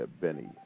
Benny